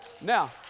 now